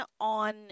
on